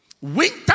winter